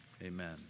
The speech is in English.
Amen